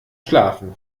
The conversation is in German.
schlafen